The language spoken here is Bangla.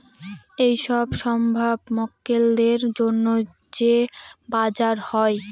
এইসব সম্ভাব্য মক্কেলদের জন্য যে বাজার হয়